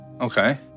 Okay